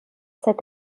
cet